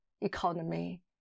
economy